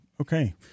Okay